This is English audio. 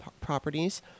properties